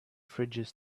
fridges